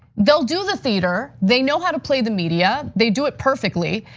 they'll do the theater. they know how to play the media, they do it perfectly.